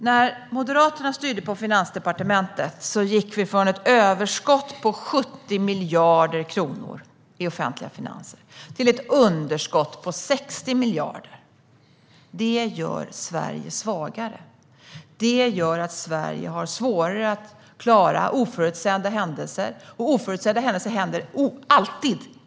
När Moderaterna styrde på Finansdepartementet gick vi från ett överskott på 70 miljarder kronor i de offentliga finanserna till ett underskott på 60 miljarder. Det har gjort Sverige svagare. Det har gjort att Sverige har svårare att klara oförutsedda händelser, och oförutsedda händelser inträffar alltid.